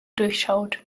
durchschaut